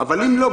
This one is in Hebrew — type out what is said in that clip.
אבל אם לא,